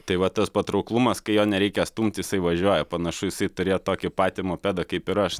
tai va tas patrauklumas kai jo nereikia stumt jisai važiuoja panašu jisai turėjo tokį patį mopedą kaip ir aš